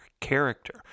character